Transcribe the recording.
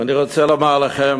ואני רוצה לומר לכם,